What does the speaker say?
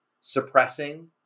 suppressing